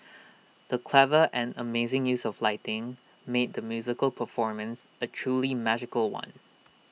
the clever and amazing use of lighting made the musical performance A truly magical one